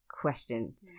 questions